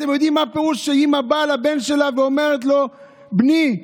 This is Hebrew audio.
אתם יודעים מה הפירוש שאימא באה לבן שלה ואומרת לו: בני,